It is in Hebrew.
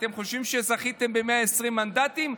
אתם חושבים שזכיתם ב-120 מנדטים,